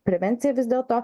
prevencija vis dėlto